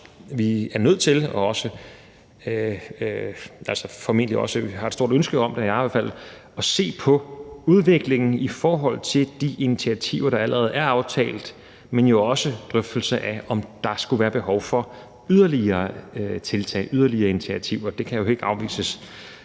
i hvert fald, altså at se på udviklingen i forhold til de initiativer, der allerede er aftalt, men jo også en drøftelse af, om der skulle være behov for yderligere tiltag og yderligere initiativer. Det kan jo ikke afvises,